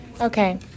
okay